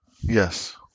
Yes